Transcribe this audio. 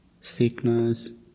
sickness